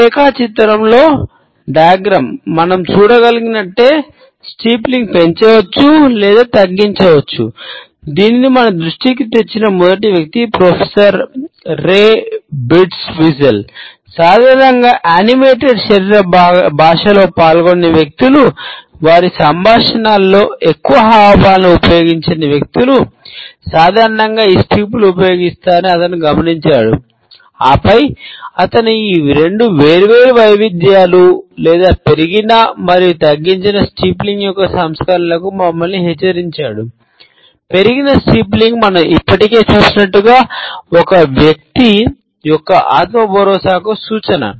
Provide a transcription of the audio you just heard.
ఈ రేఖాచిత్రంలో మనం ఇప్పటికే చూసినట్లుగా ఒక వ్యక్తి యొక్క ఆత్మ భరోసాకు సూచన